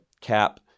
Cap